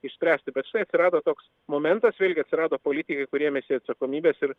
išspręsti bet štai atsirado toks momentas vėlgi atsirado politikų kurie ėmėsi atsakomybės ir